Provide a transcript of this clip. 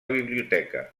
biblioteca